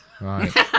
Right